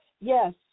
Yes